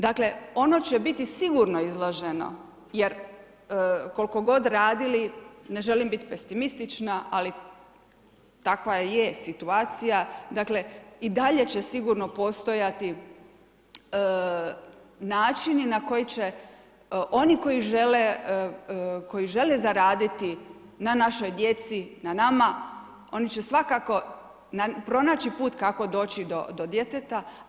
Dakle ono će biti sigurno izloženo jer kolikog god radili, ne želim biti pesimistična, ali takva je situacija i dalje će sigurno postojati načini na koji će oni koji žele, koji žele zaraditi na našoj djeci, na nama oni će svakako pronaći put kako doći do djeteta.